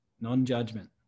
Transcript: Non-judgment